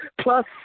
Plus